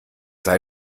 sei